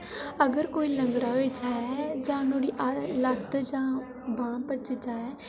अगर कोई लंगड़ा होई जा जां नुहाड़ी लत्त जां बांह् भज्जी जा